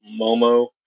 Momo